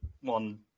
one